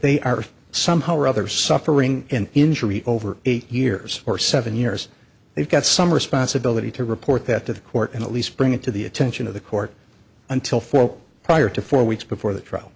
they are somehow or other suffering and injury over eight years or seven years they've got some responsibility to report that to the court and at least bring it to the attention of the court until fall prior to four weeks before the trial